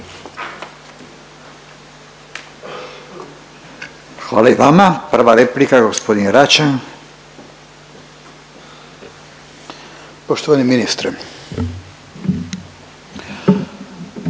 Hvala i vama. Prva replika gospodin Račan. **Račan, Ivan